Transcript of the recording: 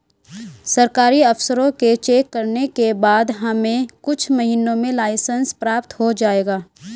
सरकारी अफसरों के चेक करने के बाद हमें कुछ महीनों में लाइसेंस प्राप्त हो जाएगा